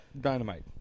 Dynamite